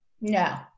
No